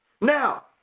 Now